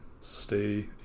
stay